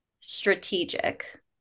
strategic